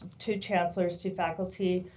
two chancellors, two faculty,